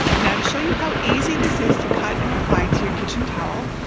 now to show you how easy this is to cut and apply to your kitchen towel.